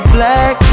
Black